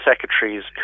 secretaries